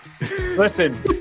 Listen